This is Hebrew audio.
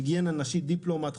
היגיינה נשית דיפלומט,